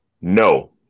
No